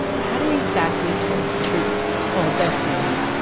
hadn't exactly told the truth oh, definitely.